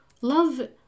Love